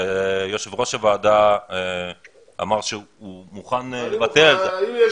יושב ראש הוועדה אמר שהוא מוכן לוותר --- אם יש